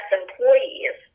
employees